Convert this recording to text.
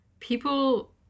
people